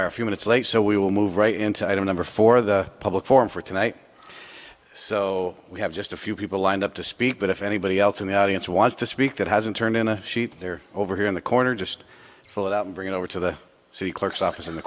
are a few minutes late so we will move right into i don't number for the public forum for tonight so we have just a few people lined up to speak but if anybody else in the audience wants to speak that hasn't turned in a sheet there over here in the corner just fill it out and bring it over to the city clerk's office in the